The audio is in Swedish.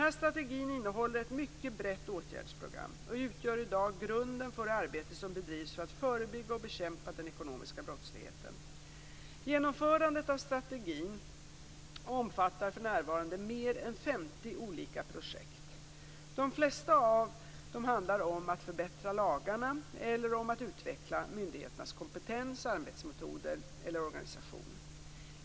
Denna strategi innehåller ett mycket brett åtgärdsprogram och utgör i dag grunden för det arbete som bedrivs för att förebygga och bekämpa den ekonomiska brottsligheten. Genomförandet av strategin omfattar för närvarande mer än 50 olika projekt. De flesta av dessa handlar om att förbättra lagarna eller om att utveckla myndigheternas kompetens, arbetsmetoder eller organisation.